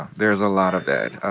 there is a lot of that.